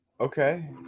Okay